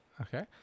okay